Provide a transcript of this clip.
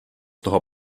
toho